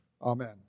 Amen